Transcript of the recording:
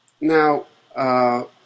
now